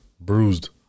Bruised